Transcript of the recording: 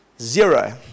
zero